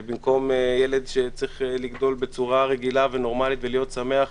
במקום ילד שצריך לגדול בצורה רגילה ונורמלית ולהיות שמח,